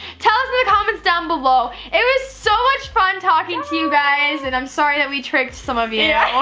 tell us in the comments down below. it was so much fun talking to you guys, and i'm sorry that we tricked some of you. yeah,